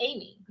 Amy